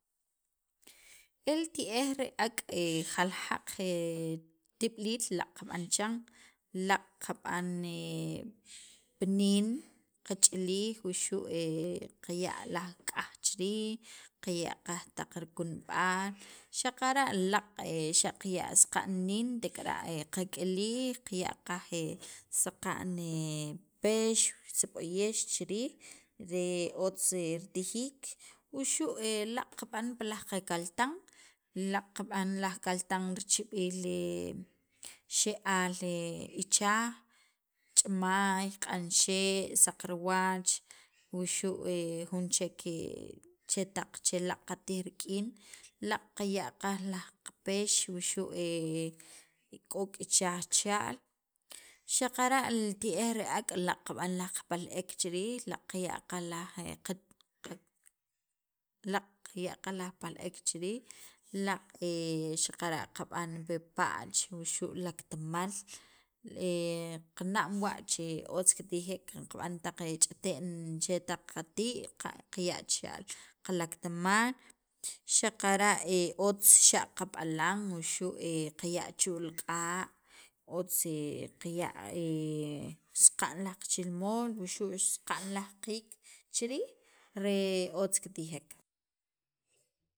el ti'ej re ak' jaljaq tib'iliil laaq' kab'an chiran, laaq' qab'an pi niin qach'ilij wuxu' qaya' laj chi riij qaya' qaj laj rikunb'al, xaqara' laaq' xa' qaya' saqa'n niin tek'ara' qak'ilij, qaya' qaj saqa'n pex, sib'oyex chi riij re otz ritijiik wuxu' laaq' qab'an pi laj qakaltan, laaq' qab'an laj kaltan richib'iil rixe'aal ichaj, ch'imaay, q'anxe', saq riwach wuxu' jun chek chetaq che laaq' qatij rik'in, laaq' qaya' qaj laj peex wuxu' k'ok' ichaj chixa'l xaqara' li ti'ej re ak', laaq' qab'an laj pal- ek chi riij laaq' qaya' qaaj laj qa laaq' qaya' qaj laj pal- ek chi riij, laaq' xaqara' qab'an pi pa'ch wuxu' pi laktamaal qana'm wa' che otz kitijek qab'an ch'ite'in taq qa tii' qaya' chixa'l li laktamaal xaqara' otz xa' qab'alan wuxu' qaya' chu' li q'a' otz qaya' saqa'n laj qachilmool wuxu' saqa'n laj qiik chi riij re otz kitijek